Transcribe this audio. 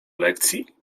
lekcji